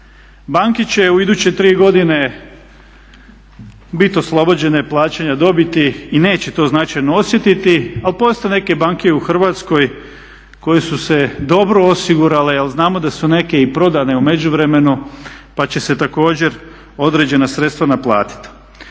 Banke će u iduće tri godine bit oslobođene plaćanja dobiti i neće to značajno osjetiti, ali postoje neke banke i u Hrvatskoj koje su se dobro osigurale jer znamo da su neke i prodane u međuvremenu pa će se također određena sredstva naplatiti.